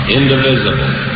indivisible